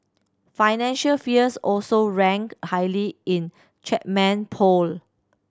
financial fears also ranked highly in Chapman poll